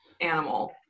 animal